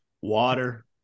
Water